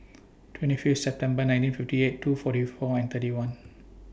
twenty Fifth September nineteen fifty eight two forty four and thirty one